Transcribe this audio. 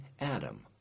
Adam